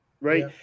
right